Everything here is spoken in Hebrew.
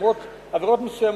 עבירות מסוימות,